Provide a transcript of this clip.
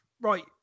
Right